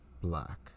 Black